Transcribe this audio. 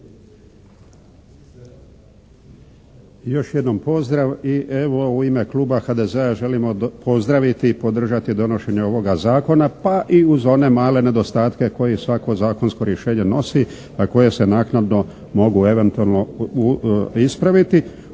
Još jednom pozdrav i evo u ime Kluba HDZ-a želimo pozdraviti i podržati donošenje ovoga zakona pa i uz one male nedostatke koji svako zakonsko rješenje nosi, a koje se naknadno mogu eventualno ispraviti